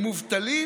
הם מובטלים